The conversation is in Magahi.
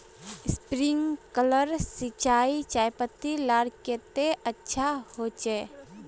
स्प्रिंकलर सिंचाई चयपत्ति लार केते अच्छा होचए?